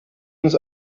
uns